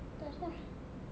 touch lah